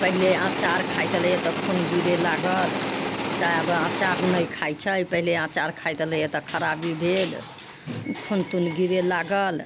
पहिले अचार खाइत रहलैय तऽ खून गिरे लागल तऽ आब अचार नहि खाइ छै पहिले अचार खाइत रहलैय तऽ खराबी भेल खून तुन गिरे लागल